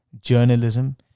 journalism